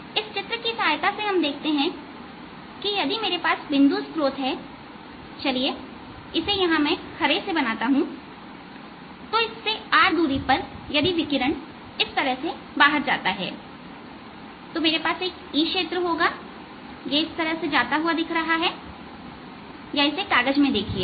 हम चित्र की सहायता से देखते हैं यदि मेरे पास एक बिंदु स्त्रोत है चलिए इसे यहां हरे से बनाते हैं तब इससे r दूरी पर यदि विकिरण इस तरह से बाहर जाता है तो मेरे पास एक E क्षेत्र होगा या तो यहां जाता हुआ दिख रहा है या कागज में देखिए